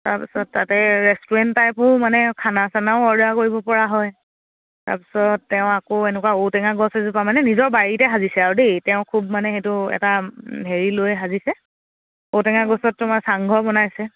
তাৰ পিছত তাতে ৰেষ্টুৰেণ্ট টাইপৰো মানে খানা চানাও অৰ্ডাৰ কৰিব পৰা হয় তাৰ পিছত তেওঁ আকৌ এনেকুৱা ঔটেঙা গছ এজোপা মানে নিজৰ বাৰীতে সাজিছে আৰু দেই তেওঁ খুব মানে সেইটো এটা হেৰি লৈ সাজিছে ঔটেঙা গছত তোমাৰ চাংঘৰ বনাইছে